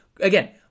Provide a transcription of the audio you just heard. again